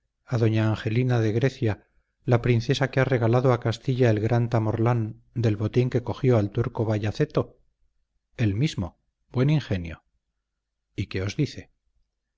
a doña angelina de grecia la princesa que ha regalado a castilla el gran tamorlán del botín que cogió al turco bayaceto el mismo buen ingenio y qué os dice